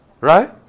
Right